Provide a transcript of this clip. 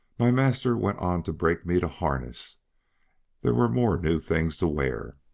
my master went on to break me to harness there were more new things to wear.